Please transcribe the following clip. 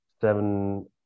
seven